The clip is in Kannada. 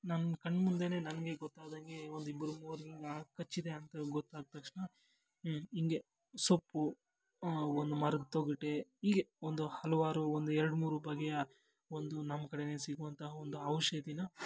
ನಮ್ಮ ಕಣ್ಮುಂದೇನೆ ನನಗೆ ಗೊತ್ತಾದಂಗೆ ಒಂದಿಬ್ಬರು ಮೂರನ್ನು ಕಚ್ಚಿದೆ ಅಂತ ಗೊತ್ತಾದ ತಕ್ಷಣ ಹ್ಞೂ ಹಿಂಗೆ ಸೊಪ್ಪು ಒಂದು ಮರದ ತೊಗಟೆ ಹೀಗೆ ಒಂದು ಹಲವಾರು ಒಂದೆರಡು ಮೂರು ಬಗೆಯ ಒಂದು ನಮ್ಮ ಕಡೆಯೇ ಸಿಗುವಂಥ ಒಂದು ಔಷಧಿನ